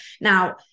Now